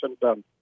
done